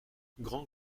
grand